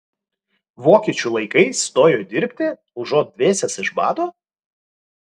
vokiečių laikais stojo dirbti užuot dvėsęs iš bado